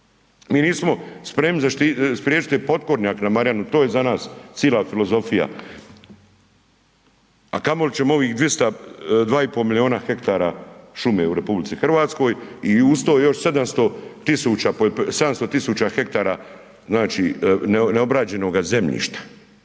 Mi nismo spremni spriječiti potkornjak na Marjanu, to je za nas cijela filozofija a kamo li ćemo ovih 2,5 milijuna hektara šume u RH i uz to još 700 tisuća hektara znači neobrađenoga zemljišta,